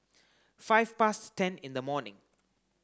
five past ten in the morning